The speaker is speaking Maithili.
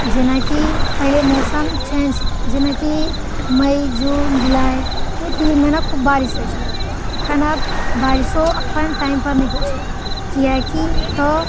जेनाकि पहिले मौसम चेन्ज जेनाकि मइ जून जुलाइ मे तीन महिना खूब बारिश होइत छलै एखन आब बारिशो अपन टाइम पर नहि होइत छै किएकि तऽ